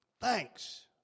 Thanks